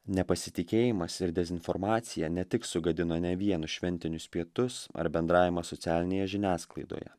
nepasitikėjimas ir dezinformacija ne tik sugadino ne vienus šventinius pietus ar bendravimą socialinėje žiniasklaidoje